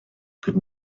could